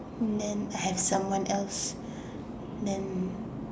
men have someone else